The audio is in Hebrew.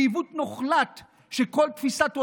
בעיוות מוחלט של כל תפיסת עולם,